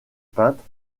peintes